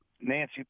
nancy